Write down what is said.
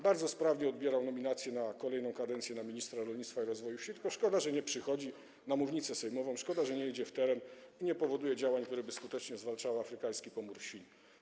Bardzo sprawnie odbierał nominację na kolejną kadencję na ministra rolnictwa i rozwoju wsi, tylko szkoda że nie przychodzi na mównicę sejmową, szkoda że nie idzie w teren ani nie podejmuje działań, które skutecznie zwalczałyby afrykański pomór świń.